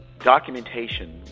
documentation